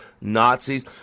Nazis